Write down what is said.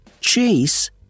Chase